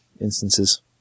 instances